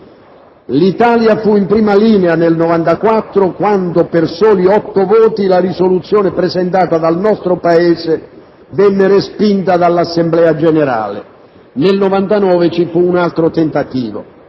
L'Italia fu in prima linea nel 1994 quando, per soli 8 voti, la risoluzione presentata dal nostro Paese venne respinta dall'Assemblea generale. Nel 1999 ci fu un altro tentativo.